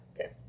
Okay